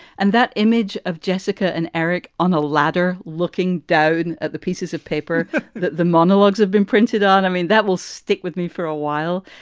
and that image of jessica and eric on a ladder, looking down at the pieces of paper that the monologues have been printed on. i mean, that will stick with me for a while,